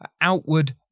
outward